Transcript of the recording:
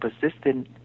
persistent